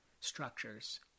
structures